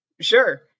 Sure